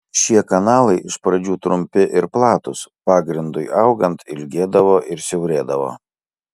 šie kanalai iš pradžių trumpi ir platūs pagrindui augant ilgėdavo ir siaurėdavo